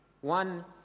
one